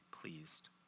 pleased